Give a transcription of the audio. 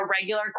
regular